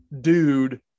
dude